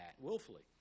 willfully